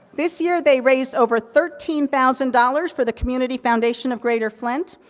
this year, they raised over thirteen thousand dollars for the community foundation of greater flint,